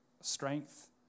strength